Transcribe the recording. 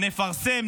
נפרסם,